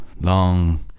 long